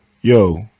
Yo